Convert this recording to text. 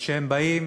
שהם באים